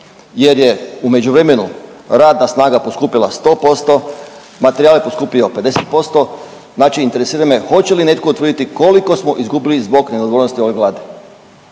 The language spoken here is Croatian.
jer je u međuvremenu radna snaga poskupila 100%, materijal je poskupio 50%, znači interesira me hoće li netko utvrditi koliko smo izgubili zbog neodgovornosti ove Vlade?